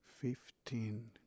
Fifteen